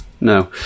No